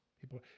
People